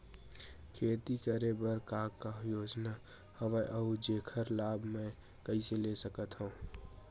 खेती करे बर का का योजना हवय अउ जेखर लाभ मैं कइसे ले सकत हव?